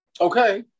Okay